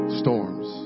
storms